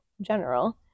general